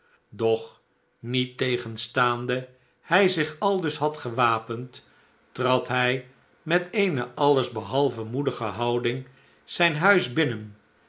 doch niettegenstaande hij zich aldus had gewapend trad hij met eene alles behalve moedige houding zijn huis binnen